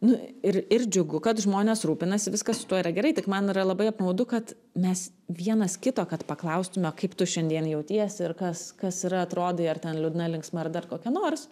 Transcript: nu ir ir džiugu kad žmonės rūpinasi viskas su tuo yra gerai tik man yra labai apmaudu kad mes vienas kito kad paklaustume kaip tu šiandien jautiesi ir kas kas yra atrodai ar ten liūdna linksma ar dar kokia nors